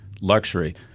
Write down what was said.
Luxury